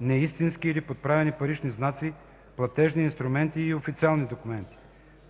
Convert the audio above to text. неистински или подправени парични знаци, платежни инструменти и официални документи;